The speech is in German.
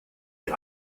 die